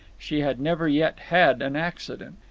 she had never yet had an accident.